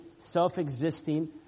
self-existing